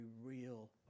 real